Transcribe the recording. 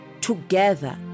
together